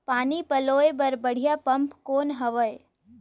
पानी पलोय बर बढ़िया पम्प कौन हवय?